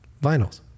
vinyls